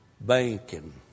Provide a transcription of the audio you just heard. banking